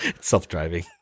Self-driving